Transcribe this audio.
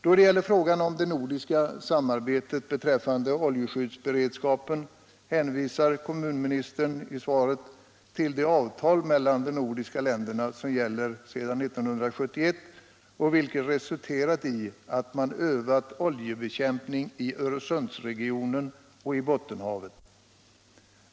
Då det gäller frågan om det nordiska samarbetet beträffande oljeskyddsberedskapen hänvisar kommunministern i svaret till det avtal mellan de nordiska länderna som gäller sedan år 1971 och som resulterat i att man övat oljebekämpning i Öresundsregionen och i Bottenhavet.